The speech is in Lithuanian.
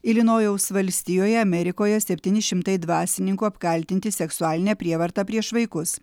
ilinojaus valstijoje amerikoje septyni šimtai dvasininkų apkaltinti seksualine prievarta prieš vaikus